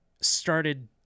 started